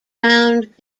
round